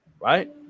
right